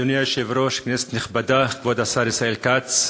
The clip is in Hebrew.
אדוני היושב-ראש, כנסת נכבדה, כבוד השר ישראל כץ,